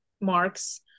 marks